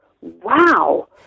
wow